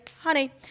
honey